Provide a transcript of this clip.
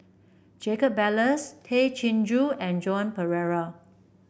Jacob Ballas Tay Chin Joo and Joan Pereira